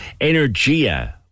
Energia